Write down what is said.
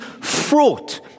fraught